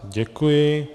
Děkuji.